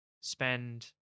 spend